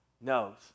knows